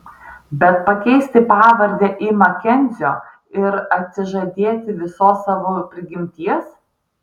bet pakeisti pavardę į makenzio ir atsižadėti visos savo prigimties